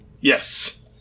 Yes